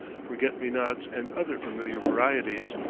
forget-me-nots and other familiar varieties.